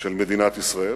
של מדינת ישראל,